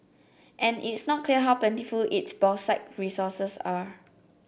and it's not clear how plentiful its bauxite resources are